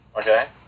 Okay